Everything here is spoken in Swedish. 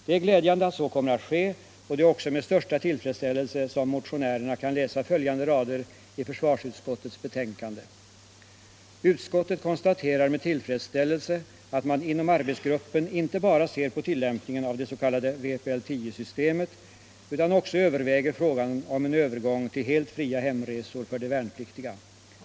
Det är glädjande att så kommer att ske, och det är också med största tillfredsställelse som motionärerna kan läsa följande rader i försvarsutskottets betänkande: "Utskottet konstaterar med tillfredsstätllelse att man inom arbetsgruppen inte bara ser på tillämpningen av det s.k. vpl 10-systemet utan också överväger frågan om en övergång till helt fria hemresor för de värnpliktiga.